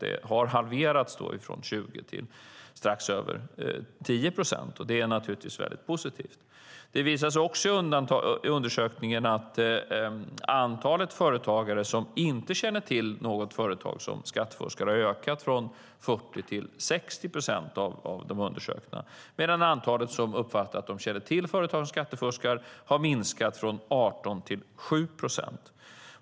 Det har halverats från 20 till strax över 10 procent. Det är naturligtvis positivt. Det har också visat sig i undersökningen att antalet företagare som inte känner till något företag som skattefuskar har ökat från 40 till 60 procent av de undersökta företagen, medan antalet som uppfattar att de känner till företag som skattefuskar har minskat från 18 till 7 procent.